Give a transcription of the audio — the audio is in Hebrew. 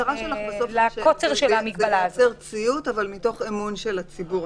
המטרה שלך בסוף היא לייצר ציות מתוך אמון של הציבור.